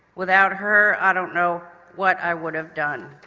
without her i don't know what i would have done.